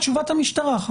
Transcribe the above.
תשובת המשטרה.